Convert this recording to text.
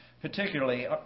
particularly